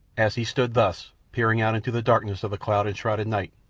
as he stood thus, peering out into the darkness of the cloud-enshrouded night,